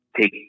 take